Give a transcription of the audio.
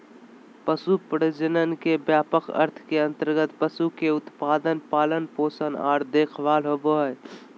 पशु प्रजनन के व्यापक अर्थ के अंतर्गत पशु के उत्पादन, पालन पोषण आर देखभाल होबई हई